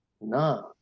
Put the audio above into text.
nah